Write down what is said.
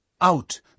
out